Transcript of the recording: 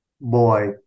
boy